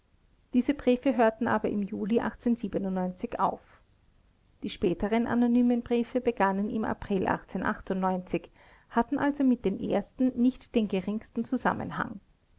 diese briefe hörten aber im juli auf die späteren anonymen briefe begannen im april hatten also mit den ersten nicht den geringsten zusammenhang